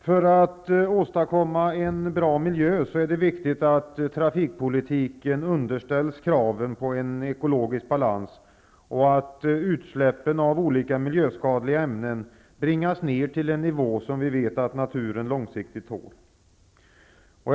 För att vi skall kunna åstadkomma en bra miljö är det viktigt att trafikpolitiken underställs kraven på en ekologisk balans och att utsläppen av olika miljöskadliga ämnen bringas ned till en nivå som vi vet att naturen långsiktigt tål.